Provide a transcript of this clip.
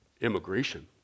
immigration